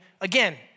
Again